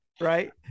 Right